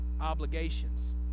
obligations